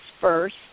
first